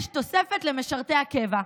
יש תוספת למשרתי הקבע.